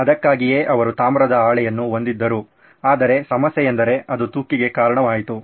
ಅದಕ್ಕಾಗಿಯೇ ಅವರು ತಾಮ್ರದ ಹಾಳೆಯನ್ನು ಹೊಂದಿದ್ದರು ಆದರೆ ಸಮಸ್ಯೆ ಎಂದರೆ ಅದು ತುಕ್ಕುಗೆ ಕಾರಣವಾಯಿತು